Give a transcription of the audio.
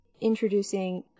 introducing